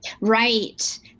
Right